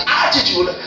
attitude